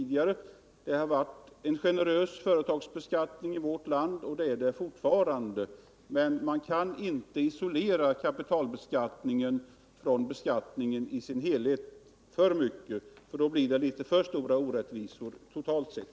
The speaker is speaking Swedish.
Det har varit en generös företagsbeskattning i vårt land, och det är det fortfarande. Men man kan inte isolera kapitalbeskattningen från beskattningen i dess helhet alltför mycket — då blir det litet för stora orättvisor totalt sett.